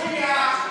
יוליה,